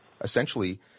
Essentially